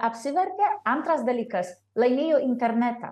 apsivertė antras dalykas laimėjo internetą